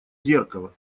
зеркало